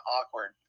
awkward